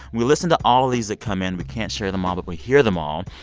we listen to all of these that come in. we can't share them all, but we hear them all.